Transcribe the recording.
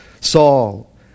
Saul